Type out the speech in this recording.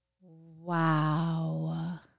Wow